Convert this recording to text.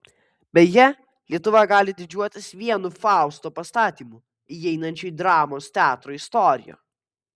beje lietuva gali didžiuotis vienu fausto pastatymu įeinančiu į dramos teatro istoriją